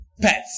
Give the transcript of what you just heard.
pets